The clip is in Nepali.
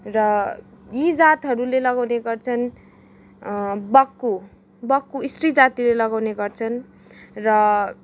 र यी जातहरूले लगाउने गर्छन् बक्खु बक्खु सत्री जातीले लगाउने गर्छन् र